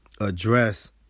address